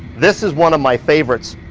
this is one of my favorites.